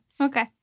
Okay